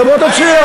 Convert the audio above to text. תבוא תציע.